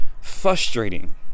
Frustrating